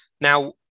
Now